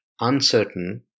uncertain